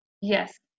Yes